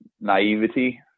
naivety